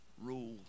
rule